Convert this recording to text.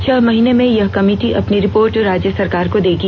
छह महीने में यह कमेटी अपनी रिपोर्ट राज्य सरकार को देगी